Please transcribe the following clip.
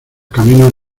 caminos